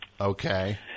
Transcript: Okay